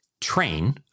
train